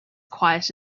quiet